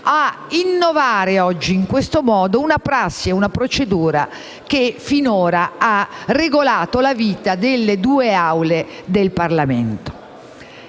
innovare oggi in questo modo una prassi e una procedura che finora ha regolato la vita delle due Assemblee del Parlamento.